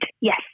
yes